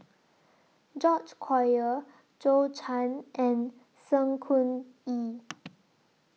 George Collyer Zhou Can and Sng Choon Yee